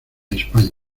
españa